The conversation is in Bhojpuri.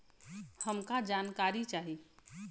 हमका जानकारी चाही?